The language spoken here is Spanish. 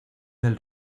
del